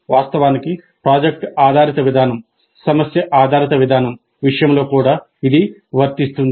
వాస్తవానికి ప్రాజెక్ట్ ఆధారిత విధానం సమస్య ఆధారిత విధానం విషయంలో కూడా ఇది వర్తిస్తుంది